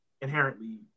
inherently